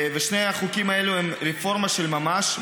ושני החוקים האלה הם רפורמה של ממש.